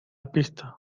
pista